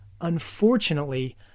Unfortunately